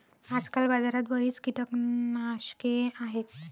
आजकाल बाजारात बरीच कीटकनाशके आहेत